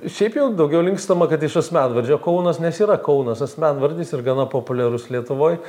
šiaip jau daugiau linkstama kad iš asmenvardžio kaunas nes yra kaunas asmenvardis ir gana populiarus lietuvoj